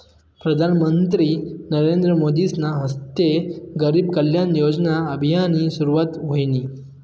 प्रधानमंत्री नरेंद्र मोदीसना हस्ते गरीब कल्याण योजना अभियाननी सुरुवात व्हयनी